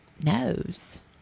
knows